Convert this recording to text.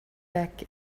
back